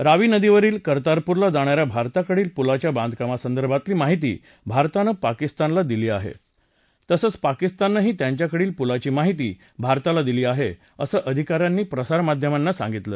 रावी नदीवरुन कर्तारपूरला जाणा या भारताकडील पुलाच्या बांधकामासंदर्भातली माहिती भारतानं पाकिस्तानला दिली आहौ तसंच पाकिस्ताननंही त्यांच्याकडील पुलाची माहिती भारताला दिली आह अिसं अधिकाऱ्यांनी प्रसारमाध्यमांना सांगितलं